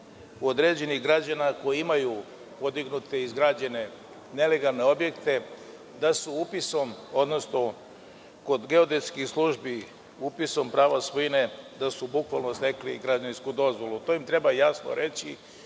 određenih građana koji imaju podignute i izgrađene nelegalne objekte, da se upisom, odnosno kod geodetskih službi, upisom prava svojine, na taj način stekli građevinsku dozvolu. To im treba jasno reći